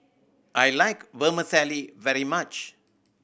I like Vermicelli very much